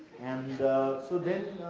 and so then